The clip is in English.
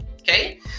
Okay